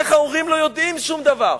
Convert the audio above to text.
איך ההורים לא יודעים שום דבר?